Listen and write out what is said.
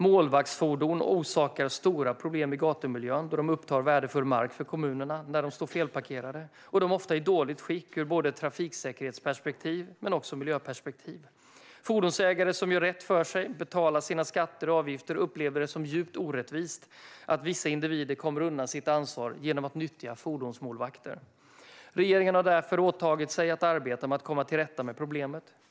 Målvaktsfordon orsakar stora problem i gatumiljön eftersom de upptar värdefull mark för kommunerna när de står felparkerade, och de är ofta i dåligt skick ur både ett trafiksäkerhetsperspektiv och ett miljöperspektiv. Fordonsägare som gör rätt för sig och betalar sina skatter och avgifter upplever det som djupt orättvist att vissa individer kommer undan sitt ansvar genom att nyttja fordonsmålvakter. Regeringen har därför åtagit sig att arbeta med att komma till rätta med problemet.